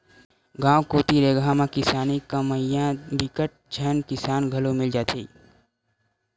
गाँव कोती रेगहा म किसानी कमइया बिकट झन किसान घलो मिल जाथे